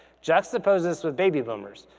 juxtapose this with baby boomers.